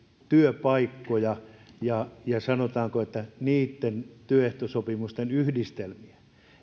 työpaikkoja ja ja sanotaanko niitten työehtosopimusten yhdistelmiä